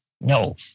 No